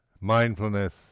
mindfulness